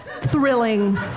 thrilling